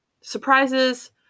Surprises